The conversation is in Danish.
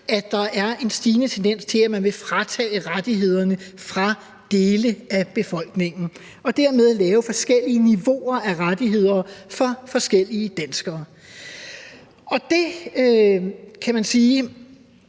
der er en stigende tendens til, at man vil tage rettighederne fra dele af befolkningen og dermed lave forskellige niveauer af rettigheder for forskellige danskere. Og der kan man sige,